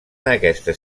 aquestes